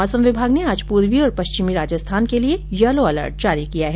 मौसम विभाग ने आज पूर्वी और पश्चिमी राजस्थान के लिये येलो अलर्ट जारी किया है